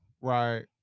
Right